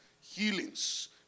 Healings